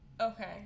Okay